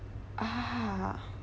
ah